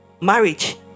Marriage